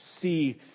see